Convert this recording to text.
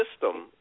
system